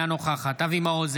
אינה נוכחת אבי מעוז,